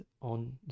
on